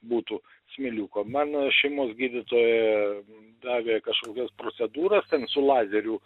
būtų smėliuko man šeimos gydytoja davė kažkokias procedūras ten su lazeriu